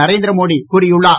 நரேந்திர மோடி கூறியுள்ளார்